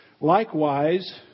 Likewise